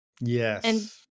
Yes